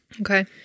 Okay